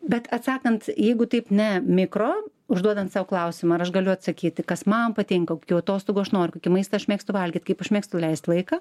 bet atsakant jeigu taip ne mikro užduodant sau klausimą ar aš galiu atsakyti kas man patinka kokių atostogų aš noriu kokį maistą aš mėgstu valgyt kaip aš mėgstu leist laiką